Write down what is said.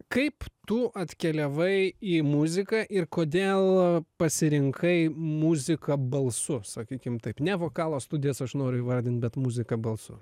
kaip tu atkeliavai į muziką ir kodėl pasirinkai muziką balsu sakykim taip ne vokalo studijas aš noriu įvardint bet muziką balsu